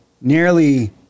nearly